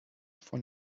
von